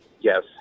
yes